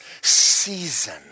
season